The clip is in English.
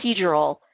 procedural